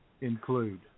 include